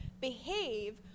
behave